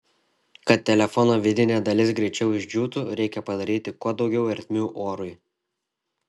kad telefono vidinė dalis greičiau išdžiūtų reikia padaryti kuo daugiau ertmių orui